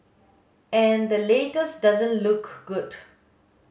and the latest doesn't look good